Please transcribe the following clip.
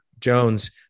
Jones